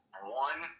One